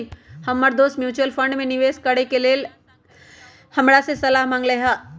हमर दोस mutual fund में निवेश करे से लेके हमरा से सलाह मांगलय ह